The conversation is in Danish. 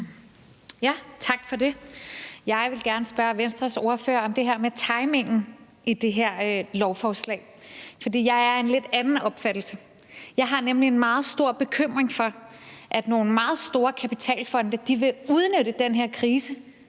Tak for det. Jeg vil gerne spørge Venstres ordfører om det her med timingen i det her lovforslag, for jeg er af en lidt anden opfattelse. Jeg har nemlig en meget stor bekymring for, at nogle meget store kapitalfonde vil udnytte den her krise